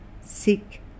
Seek